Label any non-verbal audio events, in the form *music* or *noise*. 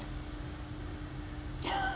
*laughs*